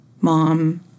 mom